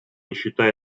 нищета